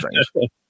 strange